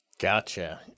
Gotcha